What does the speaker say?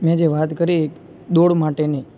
મેં જે વાત કરી દોડ માટેની